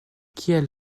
kiel